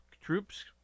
troops